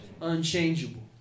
Unchangeable